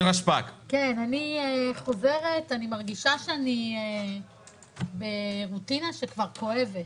אני מרגישה שאני ברוטינה כואבת.